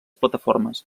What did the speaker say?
plataformes